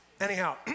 anyhow